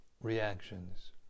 reactions